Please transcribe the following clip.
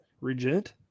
regent